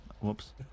whoops